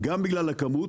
גם בגלל הכמות,